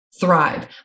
thrive